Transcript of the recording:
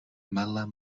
mele